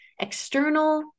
external